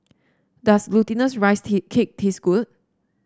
does Glutinous Rice Cake taste good